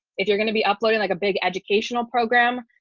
if you're going to be uploading, like a big educational program,